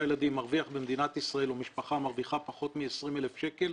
ילדים מרוויח במדינת ישראל או משפחה מרוויחה פחות מ-20,000 שקלים,